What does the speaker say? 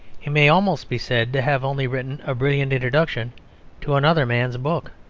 he may almost be said to have only written a brilliant introduction to another man's book.